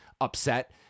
upset